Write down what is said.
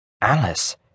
Alice